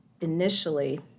initially